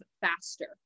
faster